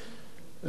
ולא,